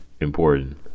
important